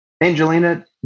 Angelina